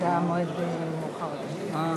במועד מאוחר יותר.